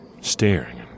staring